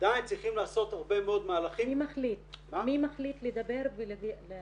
עדיין צריכים לעשות הרבה מאוד מהלכים --- מי מחליט לדבר ולגשת?